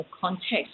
context